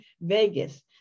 Vegas